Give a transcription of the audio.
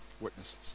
witnesses